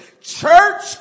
Church